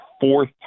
fourth